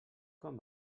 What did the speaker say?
com